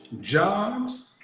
jobs